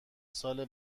سال